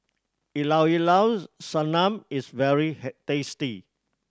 Ilao llao Sanum is very tasty